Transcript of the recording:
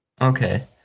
Okay